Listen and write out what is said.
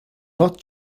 not